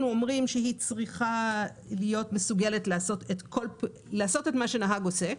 אנחנו אומרים שהיא צריכה להיות מסוגלת לעשות את מה שנהג עושה,